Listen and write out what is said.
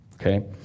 Okay